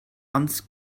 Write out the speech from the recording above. ans